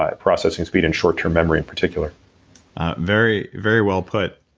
ah processing speed, and short term memory in particular very very well put.